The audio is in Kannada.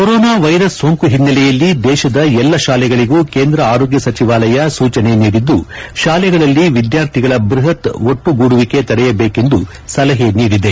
ಕೊರೋನಾ ವೈರಸ್ ಸೋಂಕು ಹಿನ್ನೆಲೆಯಲ್ಲಿ ದೇಶದ ಎಲ್ಲ ಶಾಲೆಗಳಿಗೂ ಕೇಂದ್ರ ಆರೋಗ್ಯ ಸಚಿವಾಲಯ ಸೂಚನೆ ನೀಡಿದ್ದು ಶಾಲೆಗಳಲ್ಲಿ ವಿದ್ಯಾರ್ಥಿಗಳ ಬೃಹತ್ ಒಟ್ಟು ಗೂಡುವಿಕೆ ತಡೆಯಬೇಕೆಂದು ಸಲಹೆ ನೀಡಿದೆ